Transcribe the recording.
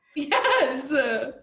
Yes